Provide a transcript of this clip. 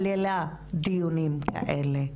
כללה דיונים אלה,